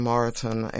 Martin